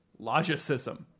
logicism